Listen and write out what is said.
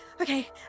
okay